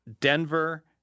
Denver